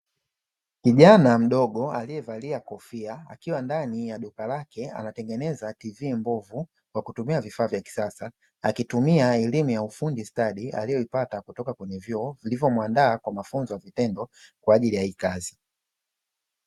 Kijana mdogo aliyevalia kofia, akiwa ndani ya duka lake anatengeneza “ TV” mbovu kwa kutumia vifaa vya kisasa, akitumia elimu ya ufundi stadi aliyoipata kutoka kwenye vyuo vilivyomuandaa kwa mafunzo ya vitendo kwa ajili ya hii kazi.